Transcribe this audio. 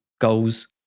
goals